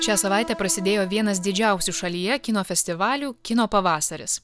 šią savaitę prasidėjo vienas didžiausių šalyje kino festivalių kino pavasaris